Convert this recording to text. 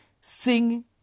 sing